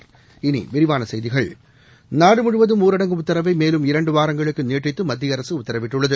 இனி விரிவான செய்திகள் நாடு முழுவதும் ஊரடங்கு உத்தரவை மேலும் இரண்டு வாரங்களுக்கு நீட்டித்து மத்திய அரசு உத்தரவிட்டுள்ளது